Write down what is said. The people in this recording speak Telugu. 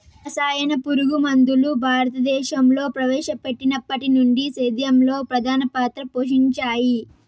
రసాయన పురుగుమందులు భారతదేశంలో ప్రవేశపెట్టినప్పటి నుండి సేద్యంలో ప్రధాన పాత్ర పోషించాయి